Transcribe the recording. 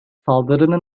saldırının